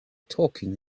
talking